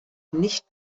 nicht